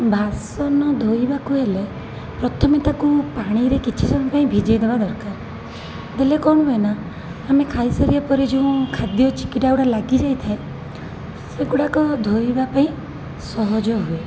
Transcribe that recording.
ବାସନ ଧୋଇବାକୁ ହେଲେ ପ୍ରଥମେ ତାକୁ ପାଣିରେ କିଛି ସମୟ ପାଇଁ ଭିଜେଇ ଦବା ଦରକାର ଦେଲେ କ'ଣ ହୁଏନା ଆମେ ଖାଇ ସାରିଲା ପରେ ଯେଉଁ ଖାଦ୍ୟ ଚିକିଟାଗୁଡ଼ା ଲାଗିଯାଇଥାଏ ସେଗୁଡ଼ାକ ଧୋଇବା ପାଇଁ ସହଜ ହୁଏ